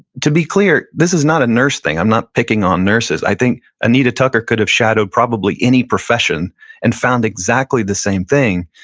to be clear, this is not a nurse thing. i'm not picking on nurses. i think anita tucker could have shadowed probably any profession and found exactly the same thing.